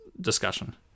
discussion